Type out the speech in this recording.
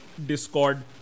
Discord